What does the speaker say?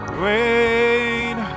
rain